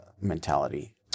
mentality